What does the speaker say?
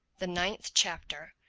the ninth chapter.